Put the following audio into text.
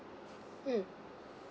mm